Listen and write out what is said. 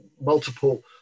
multiple